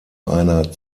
einer